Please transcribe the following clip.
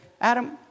Adam